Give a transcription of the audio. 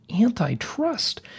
antitrust